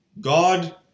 God